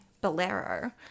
Bolero